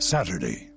Saturday